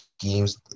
schemes